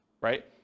right